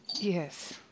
Yes